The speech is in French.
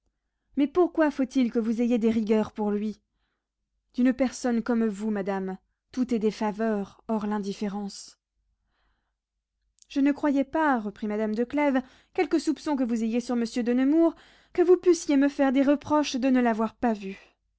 mais pourquoi faut-il que vous ayez des rigueurs pour lui d'une personne comme vous madame tout est des faveurs hors l'indifférence je ne croyais pas reprit madame de clèves quelque soupçon que vous ayez sur monsieur de nemours que vous pussiez me faire des reproches de ne l'avoir pas vu